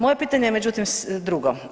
Moje pitanje je međutim, drugo.